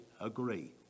agree